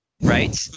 Right